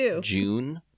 June